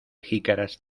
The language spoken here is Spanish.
jicaras